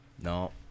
No